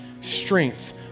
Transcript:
strength